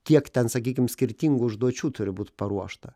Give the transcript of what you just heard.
kiek ten sakykim skirtingų užduočių turi būt paruošta